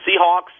Seahawks